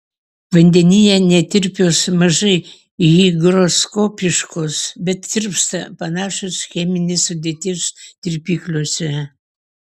vandenyje netirpios mažai higroskopiškos bet tirpsta panašios cheminės sudėties tirpikliuose